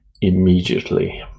immediately